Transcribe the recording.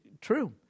true